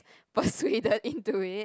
persuaded into it